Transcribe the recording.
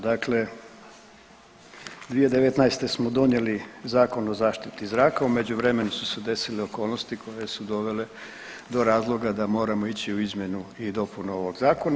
Dakle 2019. smo donijeli Zakon o zaštiti zraka, u međuvremenu su se desile okolnosti koje su dovele do razloga da moramo ići u izmjenu i dopunu ovog Zakona.